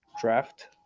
draft